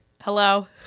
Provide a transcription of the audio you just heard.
Hello